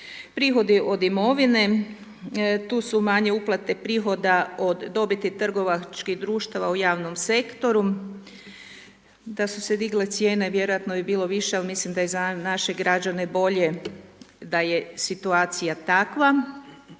Prihodi od imovine, tu su manje uplate prihoda od dobiti trgovačkih društava u javnom sektoru, da su se digle cijene vjerojatno bi bilo više, ali mislim da je za naše građane bolje da je situacija takva.